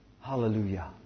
Hallelujah